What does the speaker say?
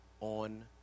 on